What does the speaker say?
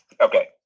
Okay